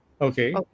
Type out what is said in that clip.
Okay